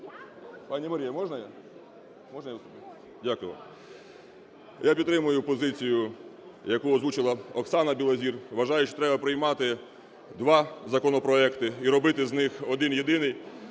Я підтримаю позицію, яку озвучила Оксана Білозір. Вважаю, що треба приймати два законопроекти і робити з них один-єдиний.